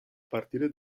partire